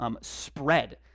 spread